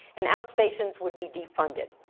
and outstations would be defunded.